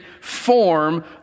form